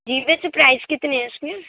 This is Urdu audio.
جی ویسے پرائز کتنے ہیں اس کے